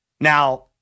Now